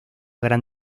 gran